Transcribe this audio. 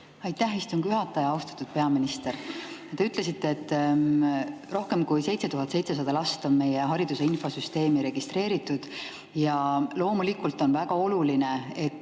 Aitäh, istungi juhataja! Austatud peaminister! Te ütlesite, et rohkem kui 7700 last on meie hariduse infosüsteemi registreeritud. Ja loomulikult on väga oluline, et